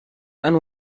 and